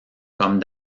comme